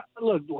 look